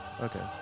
okay